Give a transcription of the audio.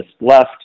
left